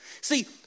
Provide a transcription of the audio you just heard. See